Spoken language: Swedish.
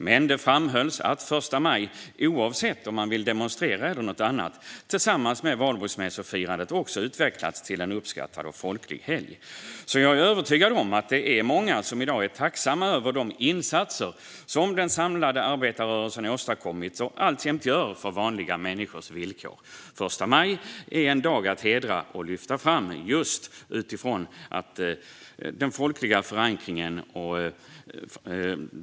Men det framhölls att första maj, oavsett om man vill demonstrera eller göra något annat, tillsammans med valborgsmässofirandet har utvecklats till en uppskattad och folklig helg. Jag är övertygad om att det är många som i dag är tacksamma över de insatser som den samlade arbetarrörelsen har åstadkommit och alltjämt åstadkommer för vanliga människors villkor. Första maj är en dag att hedra och lyfta fram just utifrån den folkliga förankringen.